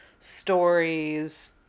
stories